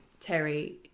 Terry